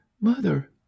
Mother